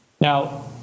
Now